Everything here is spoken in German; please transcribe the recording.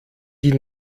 die